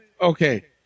Okay